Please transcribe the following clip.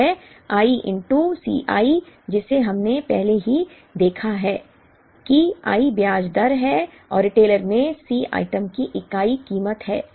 Cc है i Ci जिसे हमने पहले ही देखा है कि i ब्याज दर है और रिटेलर में C आइटम की इकाई कीमत है